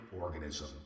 organism